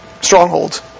strongholds